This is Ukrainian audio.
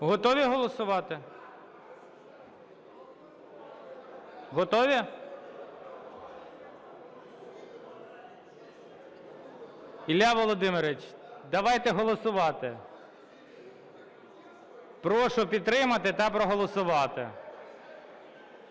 Готові голосувати? Готові? Ілля Володимирович, давайте голосувати. Прошу підтримати та проголосувати.